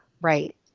right